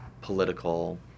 political